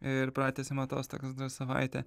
ir pratęsėm atostogas dar savaitę